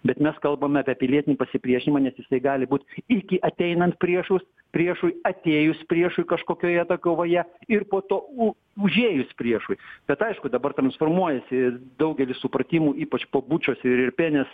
bet mes kalbam apie pilietinį pasipriešinimą nes jisai gali būt iki ateinant priešus priešui atėjus priešui kažkokioje ta kovoje ir po to u užėjus priešui bet aišku dabar transformuojasi daugelis supratimų ypač po bučios irpenės